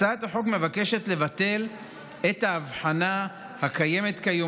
הצעת החוק מבקשת לבטל את ההבחנה הקיימת כיום